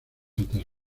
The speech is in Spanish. altas